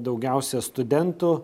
daugiausia studentų